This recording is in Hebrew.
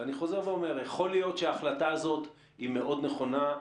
ואני חוזר ואומר: יכול להיות שהחלטה הזאת היא מאוד נכונה,